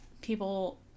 people